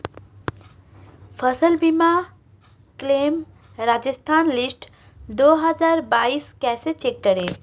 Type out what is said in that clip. फसल बीमा claim Rajasthan list दो हज़ार बाईस कैसे चेक करें?